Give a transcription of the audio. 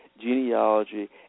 genealogy